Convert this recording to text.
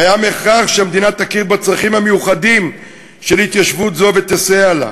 קיים הכרח שהמדינה תכיר בצרכים המיוחדים של התיישבות זו ותסייע לה.